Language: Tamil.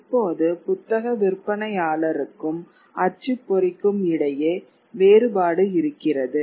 இப்போது புத்தக விற்பனையாளருக்கும் அச்சுப்பொறிக்கும் இடையே வேறுபாடு இருக்கிறது